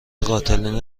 قاتلین